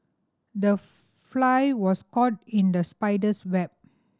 the fly was caught in the spider's web